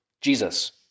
Jesus